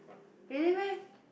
really meh